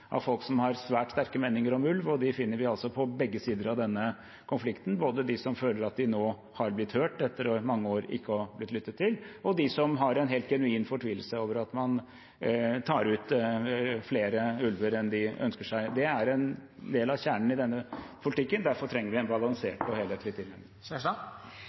av folk som har svært sterke meninger om ulv, og de finner vi altså på begge sider av denne konflikten – både de som føler at de nå har blitt hørt, etter i mange år ikke å ha blitt lyttet til, og de som har en helt genuin fortvilelse over at man tar ut flere ulver enn de ønsker seg. Det er en del av kjernen i denne politikken. Derfor trenger vi en balansert og helhetlig tilnærming.